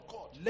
God